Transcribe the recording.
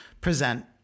present